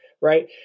right